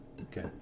Okay